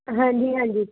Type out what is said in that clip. ਹਾਂਜੀ ਹਾਂਜੀ